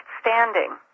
standing